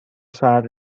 sat